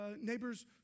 neighbor's